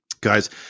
Guys